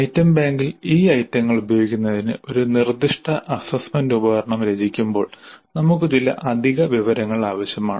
item ബാങ്കിൽ ഈ ഐറ്റങ്ങൾ ഉപയോഗിക്കുന്നതിന് ഒരു നിർദ്ദിഷ്ട അസ്സസ്സ്മെന്റ് ഉപകരണം രചിക്കുമ്പോൾ നമുക്ക് ചില അധിക വിവരങ്ങൾ ആവശ്യമാണ്